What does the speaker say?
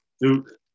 Duke